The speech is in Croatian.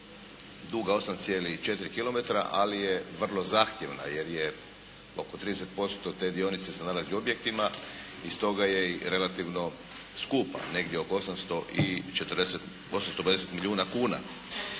duga 8,4 km ali je vrlo zahtjevna jer je oko 30% te dionice se nalazi u objektima i stoga je i relativno skupa, negdje oko 850 milijuna kuna.